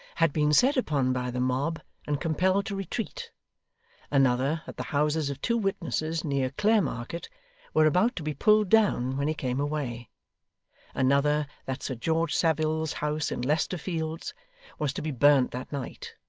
had been set upon by the mob and compelled to retreat another, that the houses of two witnesses near clare market were about to be pulled down when he came away another, that sir george saville's house in leicester fields was to be burned that night,